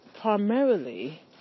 primarily